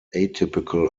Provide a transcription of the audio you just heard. atypical